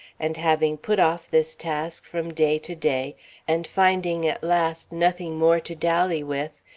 and having put off this task from day to day and finding at last nothing more to dally with,